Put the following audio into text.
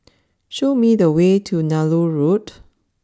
show me the way to Nallur Road